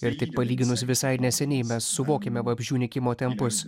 ir tik palyginus visai neseniai mes suvokėme vabzdžių nykimo tempus